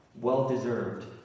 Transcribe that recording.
Well-deserved